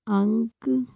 ਅੰਕ